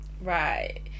right